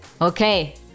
Okay